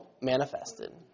manifested